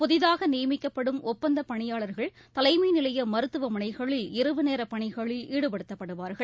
புதிதாகநியமிக்கப்படும் ஒப்பந்தபணியாளர்கள் தலைமைநிலையமருத்துவமனைகளில் இரவுநேரபணிகளில் ஈடுபடுத்தப்படுவார்கள்